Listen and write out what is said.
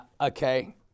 okay